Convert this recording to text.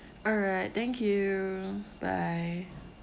alright thank you bye